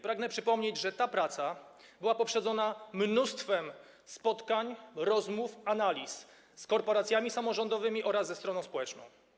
Pragnę przypomnieć, że ta praca była poprzedzona mnóstwem analiz, spotkań, rozmów z korporacjami samorządowymi oraz ze stroną społeczną.